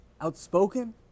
outspoken